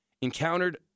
encountered